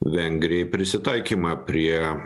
vengrijai prisitaikymą prie